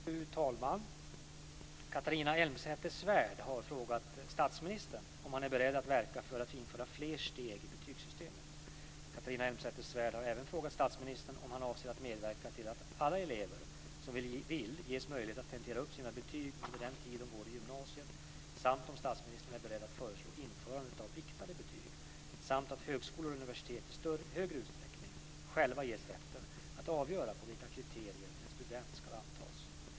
Fru talman! Catharina Elmsäter-Svärd har frågat statsministern om han är beredd att verka för att införa fler steg i betygssystemet. Catharina Elmsäter Svärd har även frågat statsministern om han avser att medverka till att alla elever som vill ges möjlighet att tentera upp sina betyg under den tid de går i gymnasiet samt om statsministern är beredd att föreslå införandet av viktade betyg samt att högskolor och universitet i större utsträckning själva ges rätten att avgöra på vilka kriterier en student ska antas.